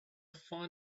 find